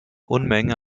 unmenge